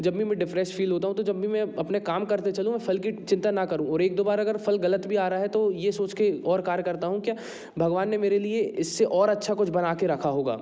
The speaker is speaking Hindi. जब भी मैं डिप्रेस्ड फील होता हूँ तो जब भी मैं अपने काम करते चलूँ फल की चिंता ना करूँ और एक दोबारा अगर फल गलत भी आ रहा है तो यह सोचकर और कार्यकर्ता हूँ क्या भगवान ने मेरे लिए इससे और अच्छा कुछ बना के रखा होगा